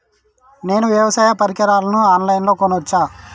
నేను వ్యవసాయ పరికరాలను ఆన్ లైన్ లో కొనచ్చా?